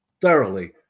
thoroughly